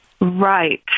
Right